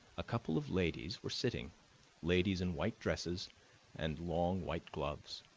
a couple of ladies were sitting ladies in white dresses and long white gloves,